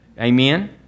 Amen